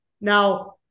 Now